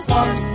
one